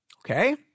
Okay